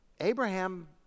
Abraham